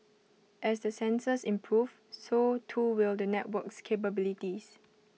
as the sensors improve so too will the network's capabilities